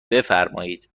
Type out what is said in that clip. بفرمایید